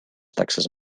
taxes